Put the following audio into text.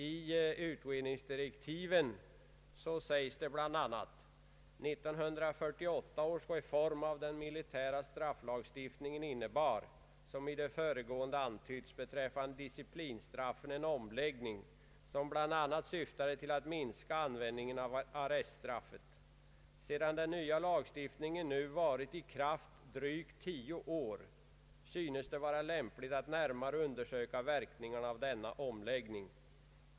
I utredningsdirektiven sägs bl.a.: ”1948 års reform av den militära strafflagstiftningen innebar, som i det föregående antytts, beträffande disciplinstraffen en omläggning, som bl.a. syftade till att minska användningen av arreststraffet. Sedan den nya lagstiftningen nu har varit i kraft drygt tio år, synes det vara lämpligt att närmare undersöka verkningarna av denna omläggning.